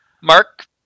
Mark